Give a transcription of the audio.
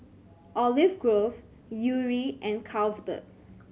Olive Grove Yuri and Carlsberg